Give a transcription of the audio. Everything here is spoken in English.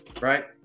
right